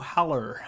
Howler